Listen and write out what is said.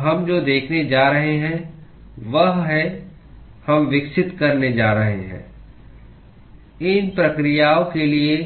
तो हम जो देखने जा रहे हैं वह है हम विकसित करने जा रहे हैं इन प्रक्रियाओं के लिए